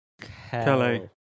Kelly